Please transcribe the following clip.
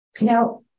Now